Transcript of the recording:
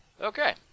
Okay